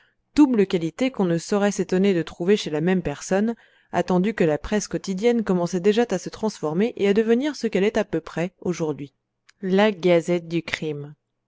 double qualité qu'on ne saurait s'étonner de trouver chez la même personne attendu que la presse quotidienne commençait déjà à se transformer et à devenir ce qu'elle est à peu près aujourd'hui la gazette du crime